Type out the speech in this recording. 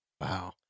Wow